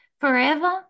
forever